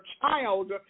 child